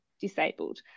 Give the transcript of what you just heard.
disabled